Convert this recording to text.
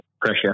pressure